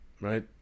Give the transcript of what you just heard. Right